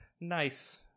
nice